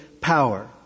power